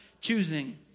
choosing